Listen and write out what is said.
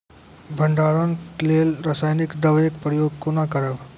भंडारणक लेल रासायनिक दवेक प्रयोग कुना करव?